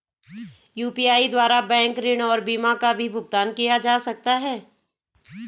UPI द्वारा bank ऋण और बीमा का भी भुगतान किया जा सकता है?